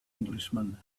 englishman